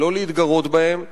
ולא להתגרות בהם.